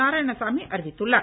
நாராயணசாமி அறிவித்துள்ளார்